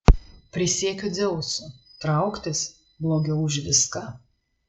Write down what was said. prisiekiu dzeusu trauktis blogiau už viską